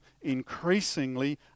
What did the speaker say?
increasingly